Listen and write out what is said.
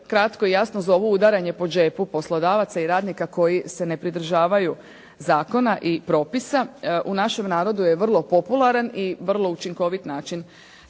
kratko i jasno zovu udaranje po džepu poslodavaca i radnika koji se ne pridržavaju zakona i propisa. U našem narodu je vrlo popularan i vrlo učinkovit način